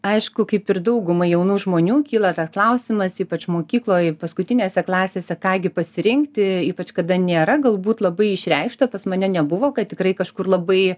aišku kaip ir daugumai jaunų žmonių kyla tas klausimas ypač mokykloj paskutinėse klasėse ką gi pasirinkti ypač kada nėra galbūt labai išreikšta pas mane nebuvo kad tikrai kažkur labai